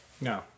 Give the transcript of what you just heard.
No